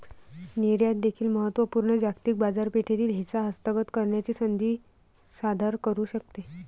निर्यात देखील महत्त्व पूर्ण जागतिक बाजारपेठेतील हिस्सा हस्तगत करण्याची संधी सादर करू शकते